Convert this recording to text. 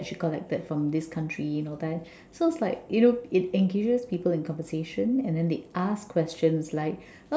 that she collected from this country you know that so it's like you know it engages people in conversation and then they ask questions like